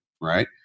right